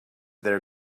their